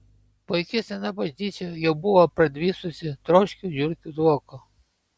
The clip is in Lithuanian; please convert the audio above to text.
puiki sena bažnyčia jau buvo pradvisusi troškiu žiurkių dvoku